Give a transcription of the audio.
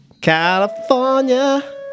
California